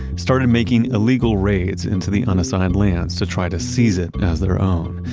started making illegal raids into the unassigned lands to try to seize it as their own.